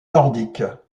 nordique